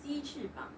鸡翅膀